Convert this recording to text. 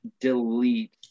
delete